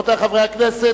רבותי חברי הכנסת,